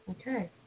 Okay